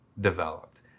developed